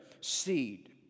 seed